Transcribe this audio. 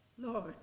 Lord